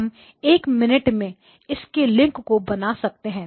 हम 1 मिनट में इसके लिंक को बना सकते हैं